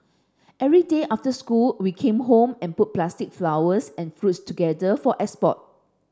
every day after school we came home and put plastic flowers and fruit together for export